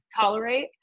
tolerate